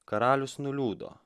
karalius nuliūdo